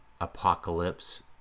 Apocalypse